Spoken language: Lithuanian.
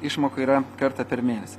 išmoka yra kartą per mėnesį